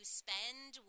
spend